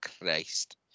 christ